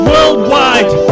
Worldwide